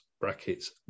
brackets